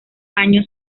año